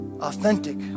authentic